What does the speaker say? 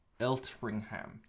Eltringham